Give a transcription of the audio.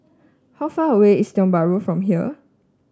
how far away is Tiong Bahru from here